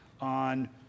on